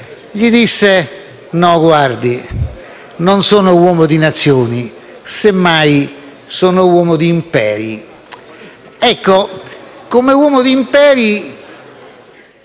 gli rispose: guardi, non sono uomo di Nazioni, semmai, sono uomo di imperi. Come uomo d'imperi,